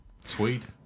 sweet